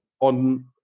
on